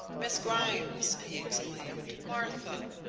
miss grimes! he exclaimed. martha.